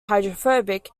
hydrophobic